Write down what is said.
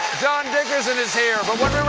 john dickerson is here. but when